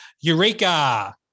Eureka